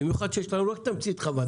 במיוחד שיש לנו רק תמצית חוות דעת.